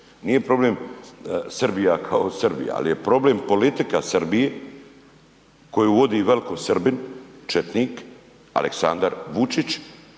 nije problem Srbija kao Srbija ali je problem politika Srbije koju vodi veliko Srbin, četnik, Aleksandar Vučić